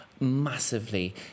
Massively